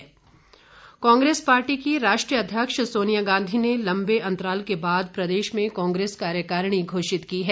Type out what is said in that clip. Congress Congress party की राष्ट्रीय अध्यक्ष सोनिया गांधी ने लम्बे अंतराल के बाद प्रदेश में कांग्रेस कार्यकारिणी घोषित की है